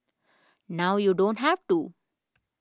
now you don't have to